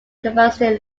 university